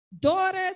Daughter